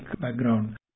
background